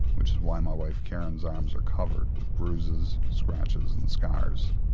which is why my wife karen's arms are covered with bruises, scratches and scars.